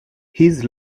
his